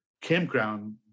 campground